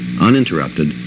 uninterrupted